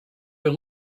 been